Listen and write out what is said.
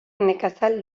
nekazal